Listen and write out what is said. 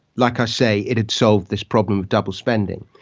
like i say, it had solved this problem of double spending.